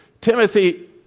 Timothy